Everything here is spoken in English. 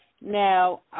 Now